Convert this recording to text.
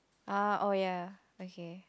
ah oh ya okay